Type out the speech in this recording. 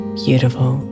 beautiful